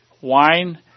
wine